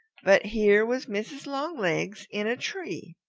but here was mrs. longlegs in a tree.